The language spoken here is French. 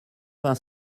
vingt